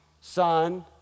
Son